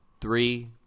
three